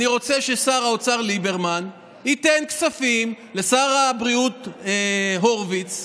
אני רוצה ששר האוצר ליברמן ייתן כספים לשר הבריאות הורוביץ,